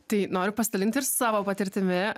tai noriu pasidalinti ir savo patirtimi